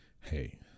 hey